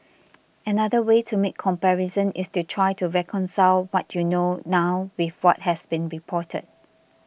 another way to make comparisons is to try to reconcile what you know now with what has been reported